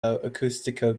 acústico